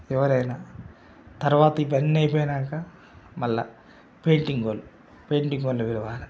ఎవరైన తర్వాత ఇవన్నీ అయిపోయినాక మళ్ళా పెయింటింగ్ వాళ్ళు పెయింటింగ్ వాళ్ళను పిలవాలి